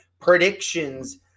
predictions